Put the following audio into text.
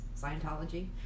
Scientology